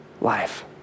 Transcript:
life